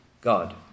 God